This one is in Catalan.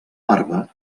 barba